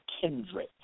kindred